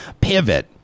pivot